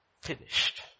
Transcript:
finished